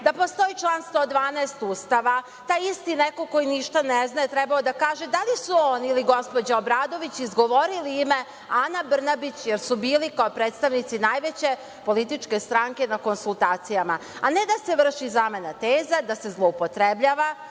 da postoji član 112. Ustava. Taj isti neko koji ništa ne zna je trebao da kaže da li su on ili gospođa Obradović izgovorili ime Ana Brnabić, jer su bili kao predstavnici najveće političke stranke na konsultacijama, a ne da se vrši zamena teza, da se zloupotrebljava